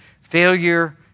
failure